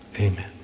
amen